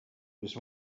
with